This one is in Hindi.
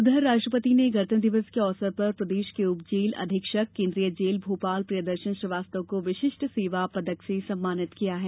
उधर राष्ट्रपति ने गणतंत्र दिवस के अवसर पर प्रदेश के उप जेल अधीक्षक केन्द्रीय जेल भोपाल प्रियदर्शन श्रीवास्तव विशिष्ट सेवा पदक से सम्मानित किया है